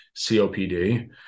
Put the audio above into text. COPD